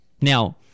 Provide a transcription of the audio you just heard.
Now